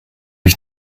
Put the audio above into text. ich